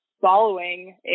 following